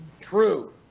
True